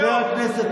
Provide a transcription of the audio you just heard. חבר הכנסת